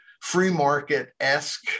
free-market-esque